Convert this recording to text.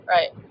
Right